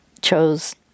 chose